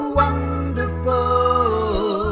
wonderful